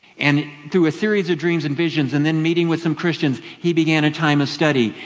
and through a series of dreams and visions and then meeting with some christians, he began a time of study.